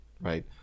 right